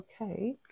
okay